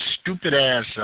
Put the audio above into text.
stupid-ass